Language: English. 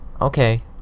Okay